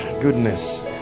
goodness